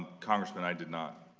congressman i did not.